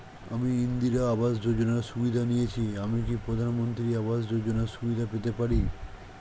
আমি ইন্দিরা আবাস যোজনার সুবিধা নেয়েছি আমি কি প্রধানমন্ত্রী আবাস যোজনা সুবিধা পেতে পারি?